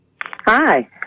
Hi